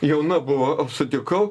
jauna buvo sutikau